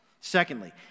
Secondly